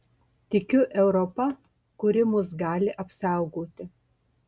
tikiu europa kuri mus gali apsaugoti